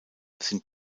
sind